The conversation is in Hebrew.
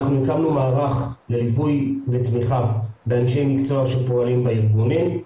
אנחנו הקמנו מערך לליווי ותמיכה לאנשי מקצוע שפעילים בארגונים.